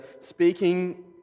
speaking